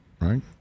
right